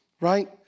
Right